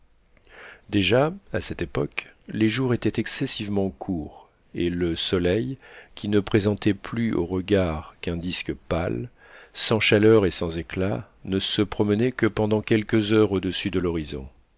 déjà à cette époque les jours étaient excessivement courts et le soleil qui ne présentait plus au regard qu'un disque pâle sans chaleur et sans éclat ne se promenait que pendant quelques heures au-dessus de l'horizon